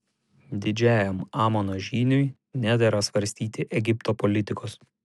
didžiajam amono žyniui nedera svarstyti egipto politikos